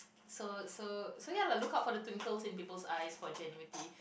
so so so ya lah look out for the twinkles in people's eyes for genuinity